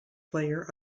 player